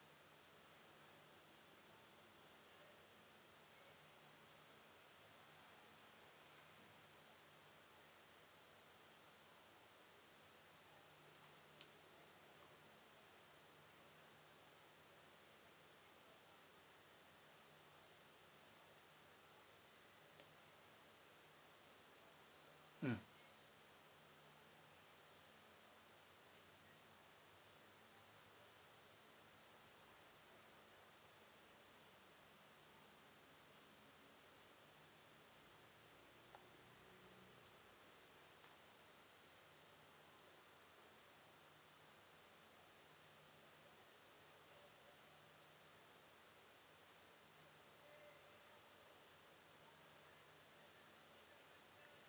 mm